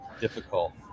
difficult